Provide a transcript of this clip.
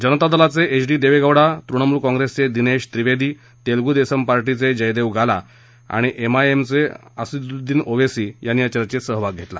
जनता दलाचे H D Devegowda Trinamool काँग्रेसचे दिनेश त्रिवेदी तेलगू देसम पक्षाचे जयदेव गाला आणि एमआयएमचे असद्दीन ओवेसी यांनी या चचेंत सहभाग घेतला